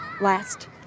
last